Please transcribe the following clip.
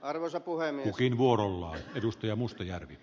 arvoisa puhemies